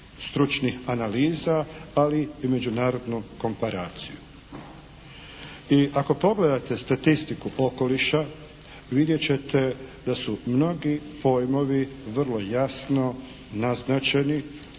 I ako pogledate statistiku okoliša vidjet ćete da su mnogi pojmovi vrlo jasno naznačeni.